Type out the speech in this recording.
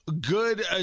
Good